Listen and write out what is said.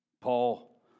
Paul